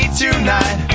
tonight